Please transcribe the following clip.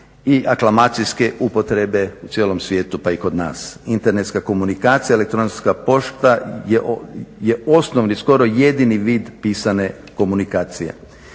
i aklamacijske upotrebe u cijelom svijetu pa i kod nas. Internetska komunikacija, elektronska pošta je osnovni, skoro jedini vid pisane komunikacije.